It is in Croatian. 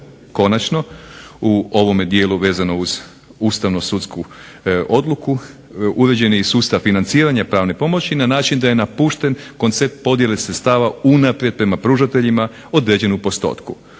Konačno u ovome dijelu vezano uz ustavnosudsku odluku, uređen je i sustav financiranja pravne pomoći na način da je napušten koncept podjele sredstava unaprijed prema pružateljima određen u postotku.